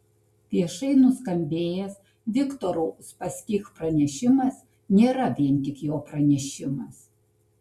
viešai nuskambėjęs viktoro uspaskich pranešimas nėra vien tik jo pranešimas